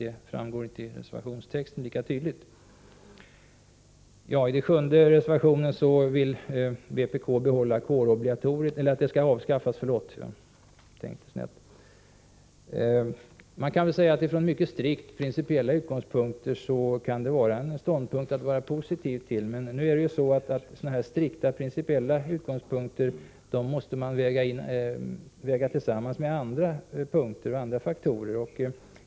Det framgår inte lika tydligt av reservationstexten. I reservation 7 vill vpk avskaffa kårobligatoriet. Man kan säga att från mycket strikt principiella utgångspunkter kan det vara en ståndpunkt att vara positiv till. Men nu är det så att sådana här strikta principiella utgångspunkter måste vägas tillsammans med andra punkter och faktorer.